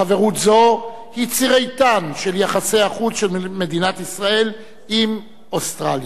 חברות זו היא ציר איתן של יחסי החוץ של מדינת ישראל עם אוסטרליה.